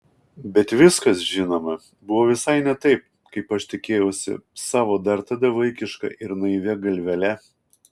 bet viskas žinoma buvo visai ne taip kaip aš tikėjausi savo dar tada vaikiška ir naivia galvele